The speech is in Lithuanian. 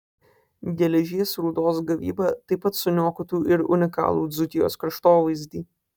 geležies rūdos gavyba taip pat suniokotų ir unikalų dzūkijos kraštovaizdį